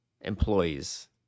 employees